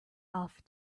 off